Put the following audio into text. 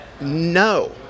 no